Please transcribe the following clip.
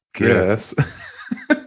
yes